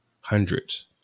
hundreds